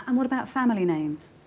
um what about family names?